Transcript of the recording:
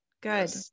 Good